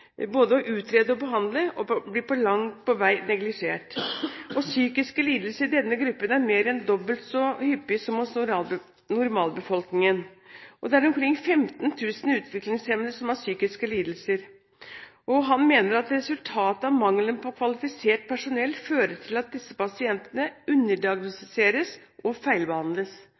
både å utrede og å behandle og blir langt på vei neglisjert. Psykiske lidelser i denne gruppen forekommer mer enn dobbelt så hyppig som hos normalbefolkningen. Det er omkring 15 000 utviklingshemmede som har psykiske lidelser. Han mener at resultatet av mangelen på kvalifisert personell fører til at disse pasientene underdiagnostiseres og feilbehandles.